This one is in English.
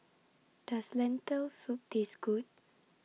Does Lentil Soup Taste Good